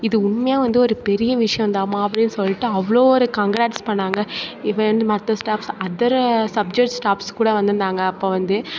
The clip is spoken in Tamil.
இது உண்மையாக வந்து ஒரு பெரிய விஷயந்தாமா அப்படின்னு சொல்லிட்டு அவ்வளோ ஒரு கங்கிராட்ஸ் பண்ணிணாங்க மற்ற ஸ்டாஃப்ஸ் அதர சப்ஜெக்ட் ஸ்டாஃப்ஸ் கூட வந்து இருந்தாங்க அப்போ வந்து